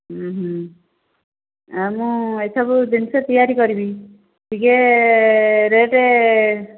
ମୁଁ ଏସବୁ ଜିନିଷ ତିଆରି କରିବି ଟିକିଏ ରେଟ୍